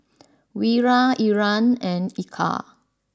Wira Irfan and Eka